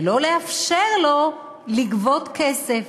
ולא לאפשר לו לגבות כסף.